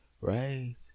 Right